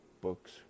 books